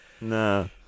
No